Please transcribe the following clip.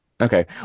Okay